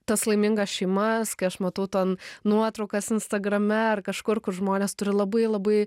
tas laimingas šeimas kai aš matau ten nuotraukas instagrame ar kažkur kur žmonės turi labai labai